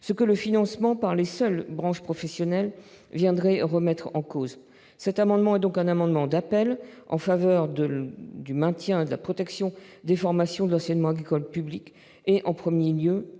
que le financement par les seules branches professionnelles viendrait remettre en cause. Cet amendement est donc un amendement d'appel en faveur du maintien et de la protection des formations de l'enseignement agricole public et, en premier lieu,